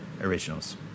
Originals